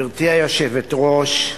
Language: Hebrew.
גברתי היושבת-ראש,